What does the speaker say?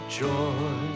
joy